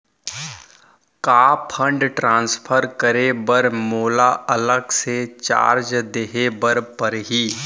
का fund transfer करे बर मोला अलग से चार्ज देहे बर परही?